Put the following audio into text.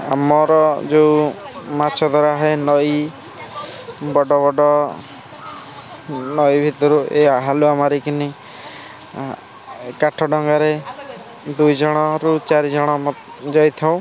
ଆମର ଯେଉଁ ମାଛ ଧରାହୁଏ ନଈ ବଡ଼ ବଡ଼ ନଈ ଭିତରୁ ଏ ଆହୁଲା ମାରିକିନି ଏ କାଠ ଡଙ୍ଗାରେ ଦୁଇ ଜଣରୁ ଚାରି ଜଣ ଯାଇଥାଉ